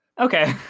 Okay